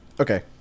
Okay